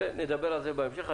נדבר על זה בהמשך.